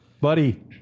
Buddy